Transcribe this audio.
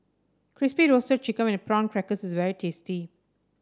Crispy Roasted Chicken with Prawn Crackers is very tasty